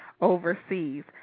overseas